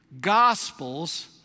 gospels